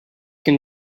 can